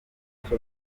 mbere